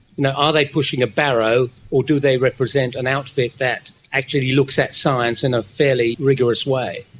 you know ah they pushing a barrow or do they represent an outfit that actually looks at science in a fairly rigorous way.